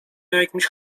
jakimś